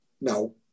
No